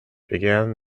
began